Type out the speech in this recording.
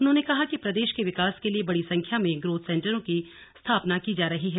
उन्होंने कहा कि प्रदेश के विकास के लिए बड़ी संख्या में ग्रोथ सेन्टरों की स्थापना की जा रही है